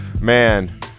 Man